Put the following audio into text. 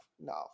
No